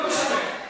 לא משנה.